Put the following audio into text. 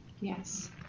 Yes